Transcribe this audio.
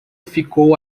ficou